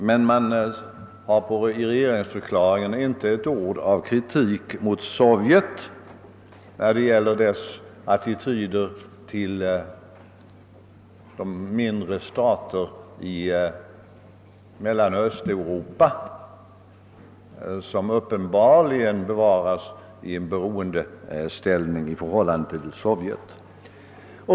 Man har däremot i regeringsförklaringen inte ett enda ord av kritik mot Sovjet när det gäller dess attityder till de mindre stater i Mellanoch Östeuropa som uppenbarligen tvingas kvar i beroendeställning till Sovjet.